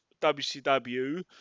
WCW